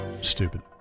Stupid